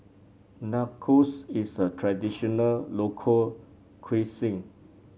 nachos is a traditional local cuisine